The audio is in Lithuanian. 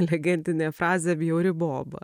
legendinė frazė bjauri boba